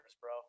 bro